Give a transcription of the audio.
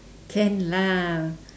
can lah